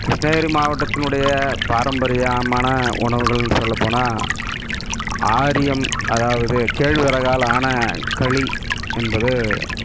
கிருஷ்ணகிரி மாவட்டத்தினுடைய பாரம்பரியமான உணவுகள்னு சொல்லப்போனால் ஆரியம் அதாவது கேழ்வரகால் ஆன களி என்பது